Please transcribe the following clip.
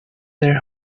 their